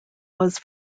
was